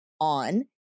on